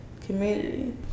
community